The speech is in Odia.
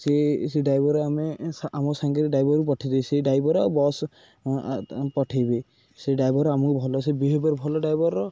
ସେ ସେ ଡ୍ରାଇଭର ଆମେ ଆମ ସାଙ୍ଗରେ ଡ୍ରାଇଭରକୁ ପଠେଇଦେଇ ସେ ଡ୍ରାଇଭର ଆଉ ବସ୍ ପଠେଇବେ ସେ ଡ୍ରାଇଭର ଆମକୁ ଭଲ ସେ ବିହେବିଅର ଭଲ ଡ୍ରାଇଭରର